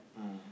mm